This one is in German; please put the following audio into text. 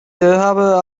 habe